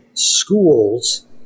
schools